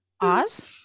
Oz